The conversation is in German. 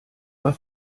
war